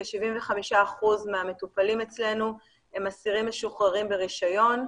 כ-75% מהמטופלים אצלנו הם אסירים משוחררים ברישיון,